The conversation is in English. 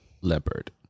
leopard